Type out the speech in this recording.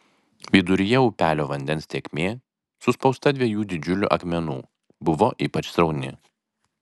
viduryje upelio vandens tėkmė suspausta dviejų didžiulių akmenų buvo ypač srauni